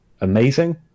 amazing